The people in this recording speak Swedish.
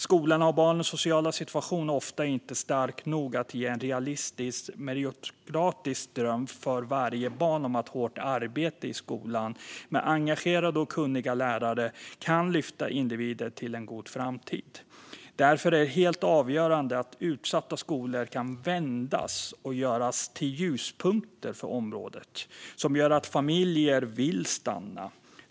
Skolorna och barnens sociala situation är ofta inte starka nog för att ge en realistisk, meritokratisk dröm för varje barn om att hårt arbete i skolan, med engagerade och kunniga lärare, kan lyfta individer till en god framtid. Därför är det helt avgörande att utsatta skolor kan vändas och göras till ljuspunkter för området som gör att familjer vill stanna.